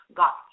got